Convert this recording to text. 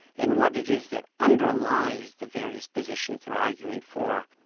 and what it is that underlies the various positions they're arguing for.